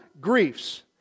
griefs